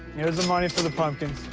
here's the money for the pumpkins.